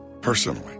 personally